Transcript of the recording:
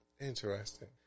Interesting